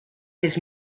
his